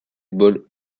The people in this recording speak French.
ball